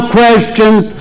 questions